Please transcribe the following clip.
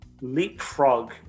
leapfrog